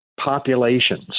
populations